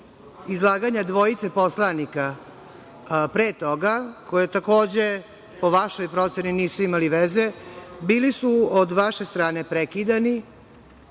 izlaganje dvojica poslanika pre toga, koje takođe po vašoj proceni nisu imali veze. Bili su od vaše strane prekidani,